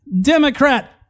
Democrat